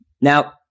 Now